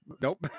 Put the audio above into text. nope